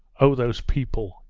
oh, those people!